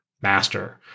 master